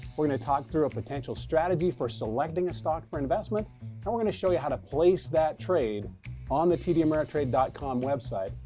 we're going to talk through a potential strategy for selecting a stock for investment. and we're going to show you how to place that trade on the tdameritrade dot com website,